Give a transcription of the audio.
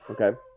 Okay